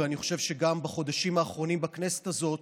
ואני חושב שגם בחודשים האחרונים בכנסת הזאת,